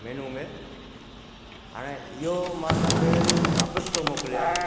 menu में हाणे इहो मां तव्हांखे वापसि थो मोकिलियां